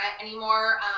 anymore